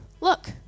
Look